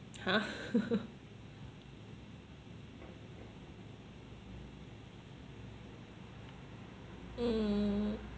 !huh! mm